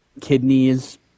kidneys